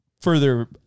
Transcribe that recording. further